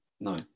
No